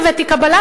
הבאתי קבלה,